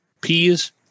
peas